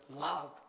love